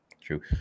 True